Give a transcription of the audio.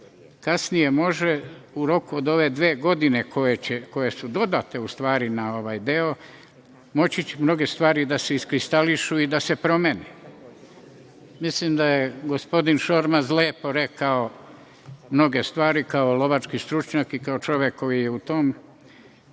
kasnije može, u roku od ove dve godine, koje su dodate u stvari na ovaj deo, moći će mnoge stvari da se iskristališu i da se promene. Mislim da je gospodin Šormaz lepo rekao mnoge stvari, kao lovački stručnjak i kao čovek koji je u tome,